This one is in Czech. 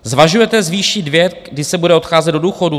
Zvažujete zvýšit věk, kdy se bude odcházet do důchodu?